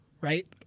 right